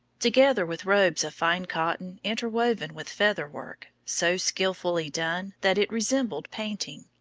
together with robes of fine cotton interwoven with feather work, so skillfully done that it resembled painting.